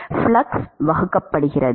flux வகுக்கப்படுகிறது